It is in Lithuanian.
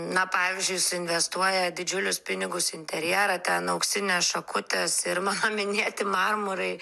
na pavyzdžiui suinvestuoja didžiulius pinigus į interjerą ten auksinės šakutės ir mano minėti marmurai